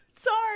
Sorry